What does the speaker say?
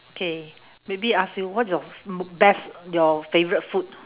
K maybe ask you what's your best your favourite food